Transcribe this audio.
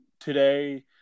today